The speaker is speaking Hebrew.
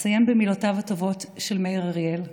אסיים במילותיו הטובות של מאיר אריאל: